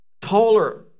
taller